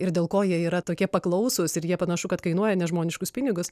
ir dėl ko jie yra tokie paklausūs ir jie panašu kad kainuoja nežmoniškus pinigus